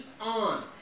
on